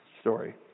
story